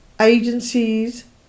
Agencies